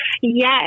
yes